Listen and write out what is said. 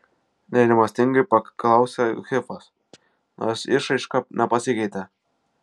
nerimastingai paklausė hifas nors išraiška nepasikeitė